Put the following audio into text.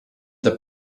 der